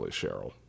Cheryl